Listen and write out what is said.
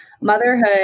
motherhood